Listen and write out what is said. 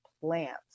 plants